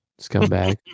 Scumbag